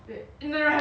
know